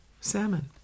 salmon